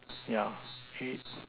yeah